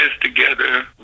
together